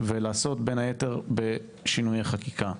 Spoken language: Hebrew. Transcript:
ולעשות בין היתר בשינוי החקיקה.